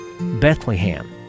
Bethlehem